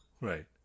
right